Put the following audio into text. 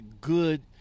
good